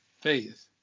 faith